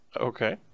Okay